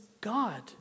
God